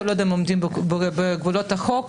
כל עוד הם עומדים בגבולות החוק.